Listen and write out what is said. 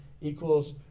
equals